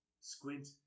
squint